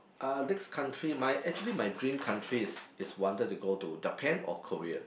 uh next country my actually my dream country is is wanted to go to Japan or Korea